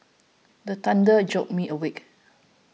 the thunder jolt me awake